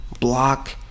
block